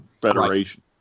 federation